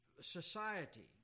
society